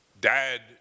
Dad